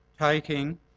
taking